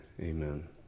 amen